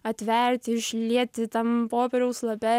atverti išlieti tam popieriaus lape